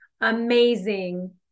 amazing